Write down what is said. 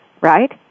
right